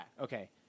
Okay